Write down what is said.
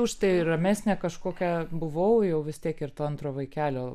už tai ramesnė kažkokia buvau jau vis tiek ir to antro vaikelio